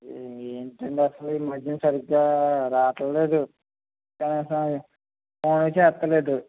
ఏంటండి అసల ఈ మద్యన సరిగ్గా రావట్లేదు కనీసం ఫోను చేత్తలేదు